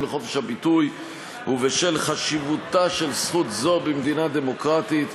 לחופש הביטוי ובשל חשיבותה של זכות זו במדינה דמוקרטית,